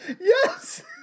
Yes